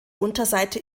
unterseite